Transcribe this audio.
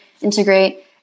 integrate